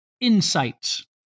insights